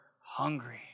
hungry